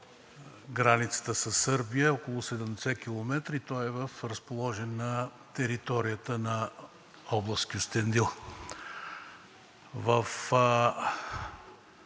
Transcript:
границата със Сърбия около 70 км, и той е разположен на територията на област Кюстендил.